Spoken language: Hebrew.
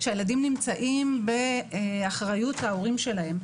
כשהילדים נמצאים באחריות ההורים שלהם.